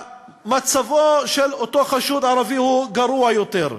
מצבו של אותו חשוד ערבי גרוע יותר.